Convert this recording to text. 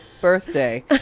birthday